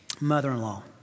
mother-in-law